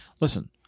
Listen